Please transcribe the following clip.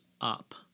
up